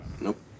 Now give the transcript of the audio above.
Nope